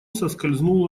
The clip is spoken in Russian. соскользнул